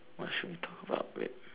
!wah! shit what bread